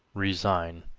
resign,